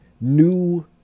new